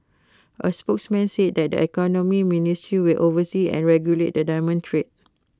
A spokesman says that the economy ministry will oversee and regulate the diamond trade